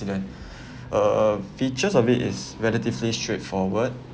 accident uh features of it is relatively straightforward